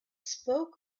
spoke